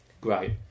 Great